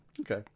Okay